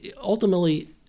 ultimately